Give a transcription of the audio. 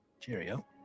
cheerio